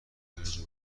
هرجا